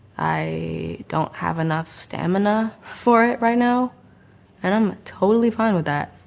i don't have enough stamina for it right now and i'm totally fine with that.